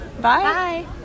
Bye